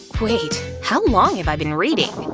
wait, how long have i been reading?